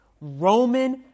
Roman